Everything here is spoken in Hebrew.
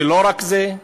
ולא רק זה,